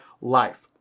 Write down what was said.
life